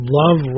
love